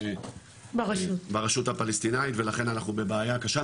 ברשות הפלסטינאית ולכן אנחנו בבעיה קשה,